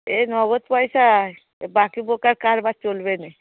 এ নগদ পয়সার এ বাকি বোকার কারবার চলবে না